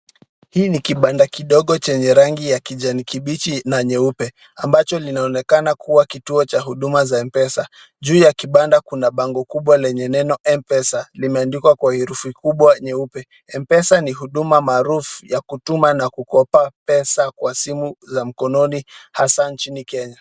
Hii ni kibanda kidogo chenye rangi ya kijani kibichi na nyeupe ambacho linaonekana kuwa kituo cha huduma za Mpesa. Juu ya kibanda kuna bango kubwa lenye neno Mpesa limeandikwa kwa herufi kubwa nyeupe. Mpesa ni huduma maarufu ya kutuma na kukopa pesa kwa simu za mkononi hasa nchini Kenya.